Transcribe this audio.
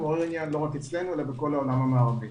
הוא מעורר עניין לא רק אצלנו אלא בכל העולם המערבי.